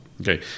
okay